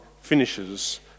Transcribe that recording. finishes